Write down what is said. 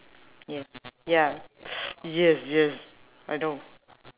yeah ya yes yes I know